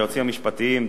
היועצים המשפטיים,